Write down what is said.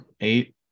Eight